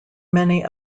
many